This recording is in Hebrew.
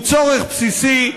הוא צורך בסיסי,